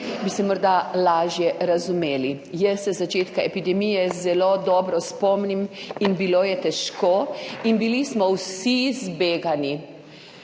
bi se morda lažje razumeli. Jaz se začetka epidemije zelo dobro spomnim. Bilo je težko in bili smo vsi zbegani,